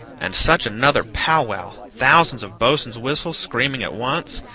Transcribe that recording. and such another powwow thousands of bo's'n's whistles screaming at once,